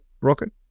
Rocket